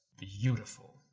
Beautiful